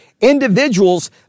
individuals